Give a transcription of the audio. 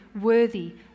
worthy